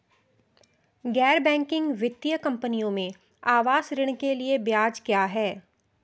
गैर बैंकिंग वित्तीय कंपनियों में आवास ऋण के लिए ब्याज क्या है?